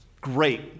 Great